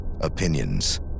opinions